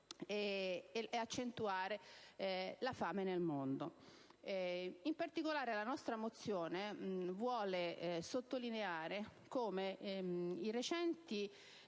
e accentuare la fame nel mondo. In particolare, la nostra mozione vuole sottolineare come le